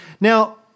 Now